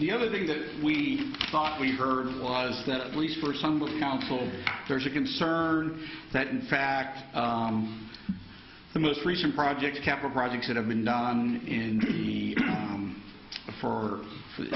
the other thing that we thought we heard was that at least for somebody council there's a concern that in fact the most recent project capital projects that have been done in the room for